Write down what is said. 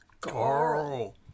Carl